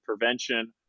prevention